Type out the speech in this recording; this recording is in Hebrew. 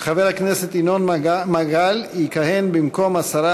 חבר הכנסת ינון מגל יכהן במקום השרה